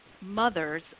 mothers